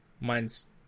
mine's